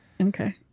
okay